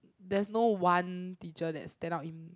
there's no one teacher that stand out in